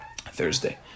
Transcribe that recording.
Thursday